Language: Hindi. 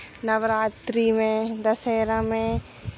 नवरात्री में दशहरा में